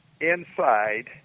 inside